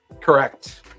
Correct